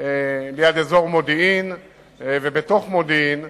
ליד מודיעין ובתוך מודיעין,